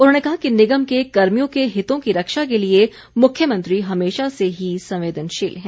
उन्होंने कहा कि निगम के कर्मियों के हितों की रक्षा के लिए मुख्यमंत्री हमेशा से ही संवेदनशील हैं